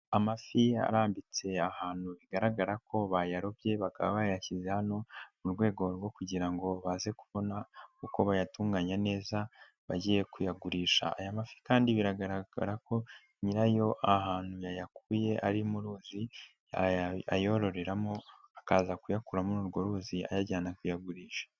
Amafi arambitse ahantu bigaragara ko bayarobye bakaba bayashyize hano mu rwego rwo kugira ngo baze kubona uko bayatunganya neza bagiye kuyagurisha, aya mafi kandi biragaragara ko nyirayo ahantu yayakuye ari mu ruzi ya ayororeramo akaza kuyakura muri urwo ruzi ayajyana kuyagurisha.